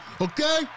Okay